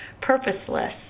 purposeless